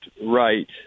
right